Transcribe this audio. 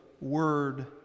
word